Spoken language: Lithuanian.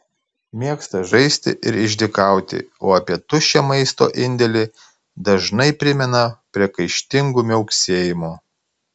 mėgsta žaisti ir išdykauti o apie tuščią maisto indelį dažnai primena priekaištingu miauksėjimu